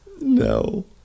No